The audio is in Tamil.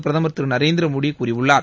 பிரதமர் திரு நரேந்திரமோடி கூறியுள்ளார்